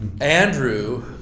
Andrew